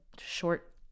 short